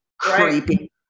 creepy